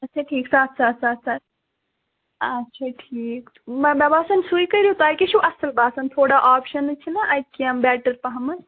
اَچھا ٹھیٖک سَتھ ساس سَتھ ساس اَچھا ٹھیٖک مےٚ باسان سُے کَرِو تۅہہِ کیٛاہ چھُو اَصٕل باسان تھوڑا آپشیٚنٕس چھِناہ اَتہِ کیٚنٛہہ بیٚٹر پہم